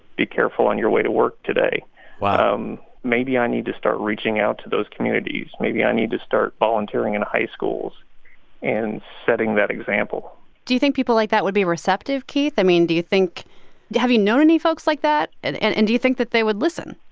be careful on your way to work today wow um maybe i need to start reaching out to those communities. maybe i need to start volunteering in high schools and setting that example do you think people like that would be receptive, keith? i mean, do you think have you known any folks like that? and and and do you think that they would listen?